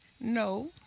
No